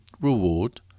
reward